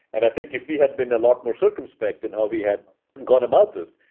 and i think if we had been a lot more circumspect in how we had gone about this,